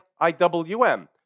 IWM